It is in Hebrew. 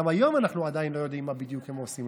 גם היום אנחנו עדיין לא יודעים מה הם עושים בדיוק,